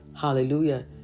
hallelujah